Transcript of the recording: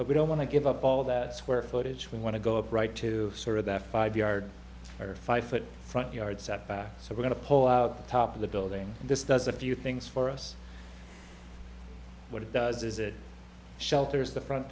but we don't want to give up all that square footage we want to go up right to sort of that five yard or five foot front yard setback so we're going to pull out the top of the building and this does a few things for us what it does is it shelters the front